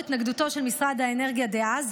לנוכח התנגדותו של משרד האנרגיה דאז,